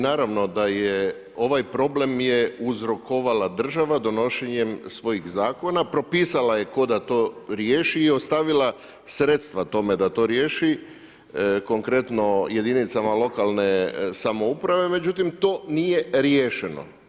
Naravno da je ovaj problem je uzrokovala država donošenjem svojih zakona propisala je tko da to riješi i ostavila sredstva tome da to riješi, konkretno jedinicama lokalne samouprave, međutim to nije riješeno.